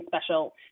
special